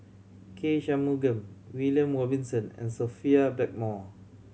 K Shanmugam William Robinson and Sophia Blackmore